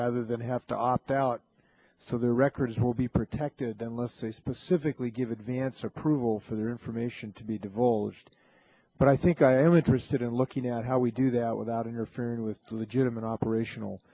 rather than have to opt out so their records will be protected then let's say specifically give advance approval for their information to be divulged but i think i am interested in looking at how we do that without interfering with the legitimate operational